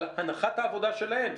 אבל הנחת העבודה שלהם,